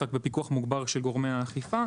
רק שהיה עליו פיקוח מוגבר של גורמי האכיפה.